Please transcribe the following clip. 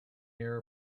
near